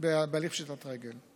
בהליך פשיטת רגל.